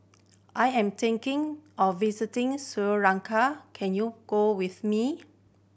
I am thinking of visiting Sri Lanka can you go with me